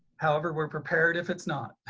however we're prepared if it's not.